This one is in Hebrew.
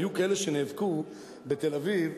היו כאלה שנאבקו בתל-אביב,